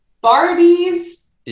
Barbie's